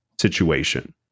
situation